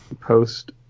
Post